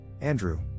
Andrew